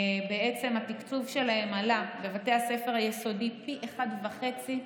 התקצוב שלהם עלה בבתי הספר היסודיים פי 1.5,